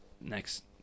next